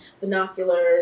binoculars